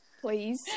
please